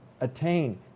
attain